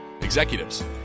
executives